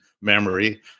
memory